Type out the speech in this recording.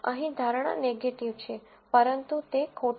અહીં ધારણા નેગેટીવ છે પરંતુ તે ખોટી છે